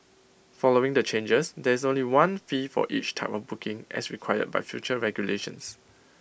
following the changes there is only one fee for each type of booking as required by future regulations